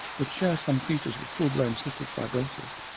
which share some features with full blown cystic fibrosis,